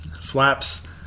Flaps